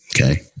Okay